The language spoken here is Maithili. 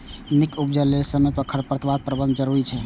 नीक उपज लेल समय पर खरपतवार प्रबंधन जरूरी छै